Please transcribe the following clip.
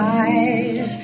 eyes